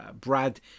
Brad